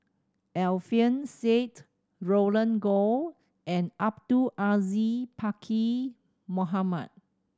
Alfian Sa'at Roland Goh and Abdul Aziz Pakkeer Mohamed